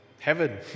heaven